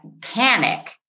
panic